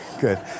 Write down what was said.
Good